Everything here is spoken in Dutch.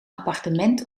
appartement